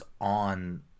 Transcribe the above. on